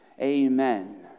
amen